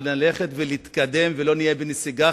נלך ונתקדם ולא נהיה בנסיגה,